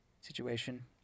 situation